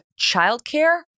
childcare